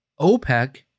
opec